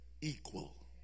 equal